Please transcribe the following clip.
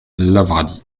lavradi